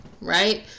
right